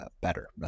better